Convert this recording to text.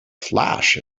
flash